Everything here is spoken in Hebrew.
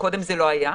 שקודם זה לא היה,